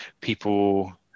people